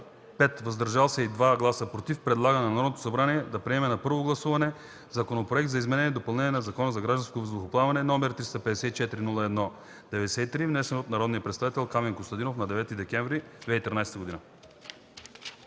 „въздържали се” и 2 гласа „против“ предлага на Народното събрание да приеме на първо гласуване Законопроект за изменение и допълнение на Закона за гражданското въздухоплаване, № 354 01 93, внесен от народния представител Камен Костадинов на 9 декември 2013 г.”